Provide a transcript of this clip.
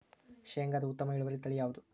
ಶೇಂಗಾದ ಉತ್ತಮ ಇಳುವರಿ ತಳಿ ಯಾವುದು?